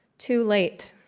too late